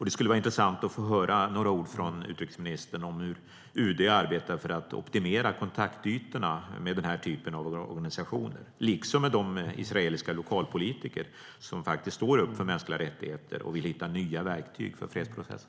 Det skulle vara intressant att få höra några ord från utrikesministern om hur UD arbetar för att optimera kontaktytorna med den här typen av organisationer liksom med de israeliska lokalpolitiker som faktiskt står upp för mänskliga rättigheter och vill hitta nya verktyg för fredsprocessen.